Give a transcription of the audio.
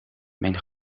mijn